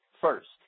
first